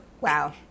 Wow